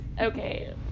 okay